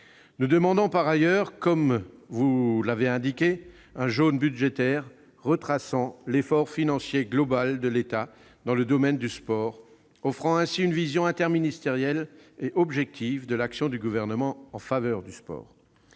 législatif. Par ailleurs nous demandons un jaune budgétaire retraçant l'effort financier global de l'État dans le domaine du sport, ce qui offrirait une vision interministérielle et objective de l'action du Gouvernement en faveur du sport.